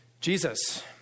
Jesus